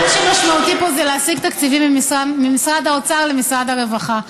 מה שמשמעותי פה זה להשיג תקציבים ממשרד האוצר למשרד הרווחה.